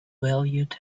valued